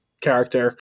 character